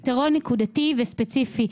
פתרון נקודתי וספציפי.